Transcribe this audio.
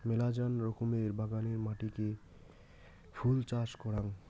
মেলাচান রকমের বাগানের মাটিতে ফুল চাষ করাং